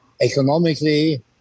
economically